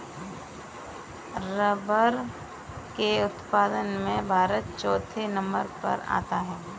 rubber के उत्पादन में भारत चौथे नंबर पर आता है